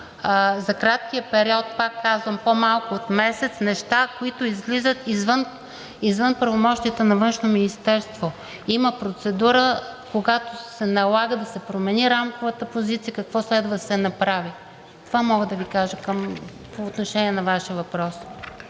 за краткия период, пак казвам, по-малко от месец, неща, които излизат извън правомощията на Външно министерство. Има процедура, когато се налага да се промени рамковата позиция, какво следва да се направи. Това мога да Ви кажа по отношение на Вашия въпрос.